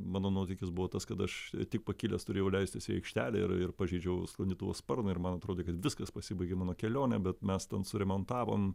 mano nuotykis buvo tas kad aš tik pakilęs turėjau leistis į aikštelę ir ir pažeidžiau sklandytuvo sparną ir man atrodė kad viskas pasibaigė mano kelionė bet mes ten suremontavom